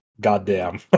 goddamn